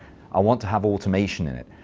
i want to have automation in it.